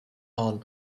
all